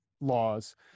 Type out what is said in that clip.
laws